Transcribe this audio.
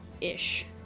ish